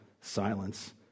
silence